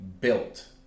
built